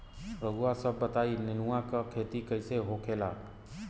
रउआ सभ बताई नेनुआ क खेती कईसे होखेला?